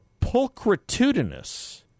pulchritudinous